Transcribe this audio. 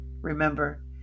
Remember